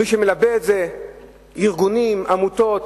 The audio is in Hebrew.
מי שמלבה את זה, ארגונים, עמותות,